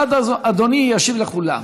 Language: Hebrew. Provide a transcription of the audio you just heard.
ואז אדוני ישיב לכולם.